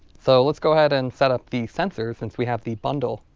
so let's go ahead and set up the sensor since we have the bundle.